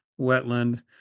wetland